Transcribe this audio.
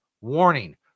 warning